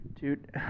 Dude